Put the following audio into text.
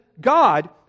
God